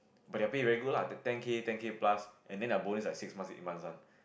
but their pay very good lah ten K ten K plus and then their bonus is like six months eight months one